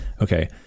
Okay